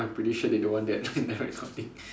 I'm pretty sure they don't want that in the recording